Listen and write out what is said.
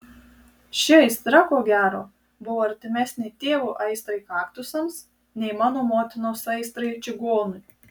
ši aistra ko gero buvo artimesnė tėvo aistrai kaktusams nei mano motinos aistrai čigonui